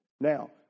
Now